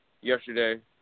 yesterday